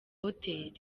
hotel